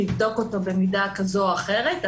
לבדוק אותו במידה כזו או אחרת,